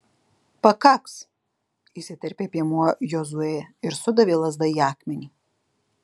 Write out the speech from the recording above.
pakaks įsiterpė piemuo jozuė ir sudavė lazda į akmenį